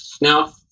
Now